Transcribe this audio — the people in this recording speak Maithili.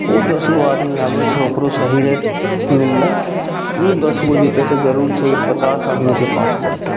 ओ दस गो आदमी आबै छै ओकरो सही रेट मिललै ओ दस गो जएतै तऽ जरूर छै पचास आदमीके पास बोलतै